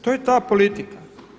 To je ta politika.